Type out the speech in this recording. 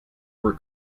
were